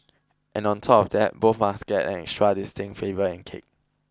and on top of that both must get an extra distinct flavour and kick